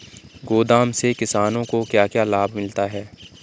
गोदाम से किसानों को क्या क्या लाभ मिलता है?